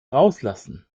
rauslassen